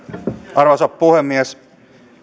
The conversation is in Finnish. arvoisa puhemies